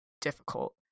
difficult